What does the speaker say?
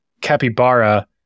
capybara